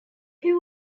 twelve